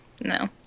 No